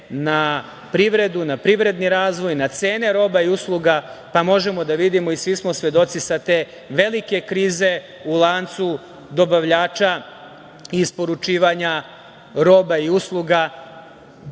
na privredu, na privredni razvoj, na cene roba i usluga. Možemo da vidimo i svi smo svedoci sad te velike krize u lancu dobavljača i isporučivanja roba i usluga